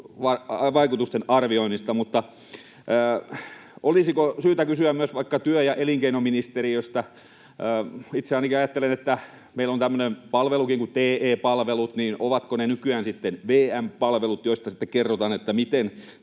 vaikutusten arvioinnista. Mutta olisiko syytä kysyä myös vaikka työ- ja elinkeinoministeriöstä? Itse ainakin ajattelen, että meillä on tämmöinen palvelukin kuin TE-palvelut. Ovatko ne nykyään sitten VM-palvelut, joista kerrotaan, miten